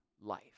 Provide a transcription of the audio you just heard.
life